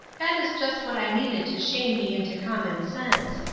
that is just what i needed to shame me into common sense.